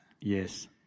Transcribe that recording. Yes